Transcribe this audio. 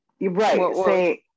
Right